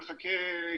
שנחקק.